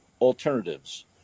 alternatives